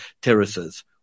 terraces